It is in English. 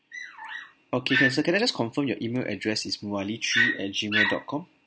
okay can sir can I just confirm your email address is murali three at gmail dot com